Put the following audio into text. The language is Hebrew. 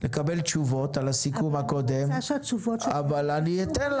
התשובה שלי היא לא,